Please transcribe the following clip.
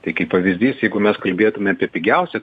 tai kaip pavyzdys jeigu mes kalbėtume apie pigiausią